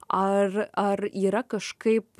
ar ar yra kažkaip